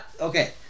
okay